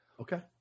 Okay